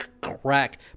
crack